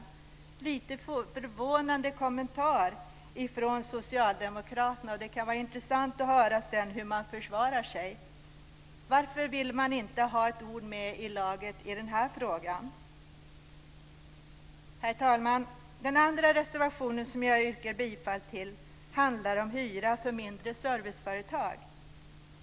Det är en lite förvånande kommentar från Socialdemokraterna, och det skulle vara intressant att få höra hur de försvarar sig. Varför vill de inte ha ett ord med i laget i denna fråga? Herr talman! Den andra reservationen som jag yrkar bifall till handlar om hyra för mindre serviceföretag.